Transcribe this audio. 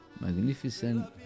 Magnificent